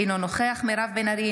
אינו נוכח מירב בן ארי,